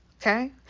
Okay